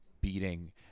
beating